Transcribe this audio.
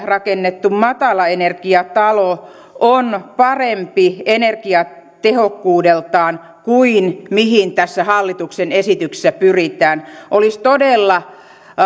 rakennettu matalaenergiatalo on parempi energiatehokkuudeltaan kuin mihin tässä hallituksen esityksessä pyritään olisi todella